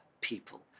people